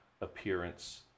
appearance